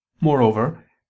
Moreover